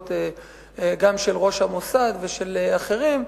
התבטאויות גם של ראש המוסד ושל אחרים,